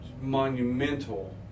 monumental